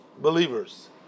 believers